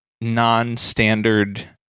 non-standard